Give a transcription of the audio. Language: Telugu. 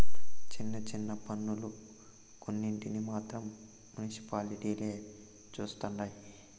చిన్న చిన్న పన్నులు కొన్నింటిని మాత్రం మునిసిపాలిటీలే చుస్తండాయి